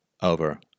over